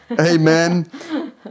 Amen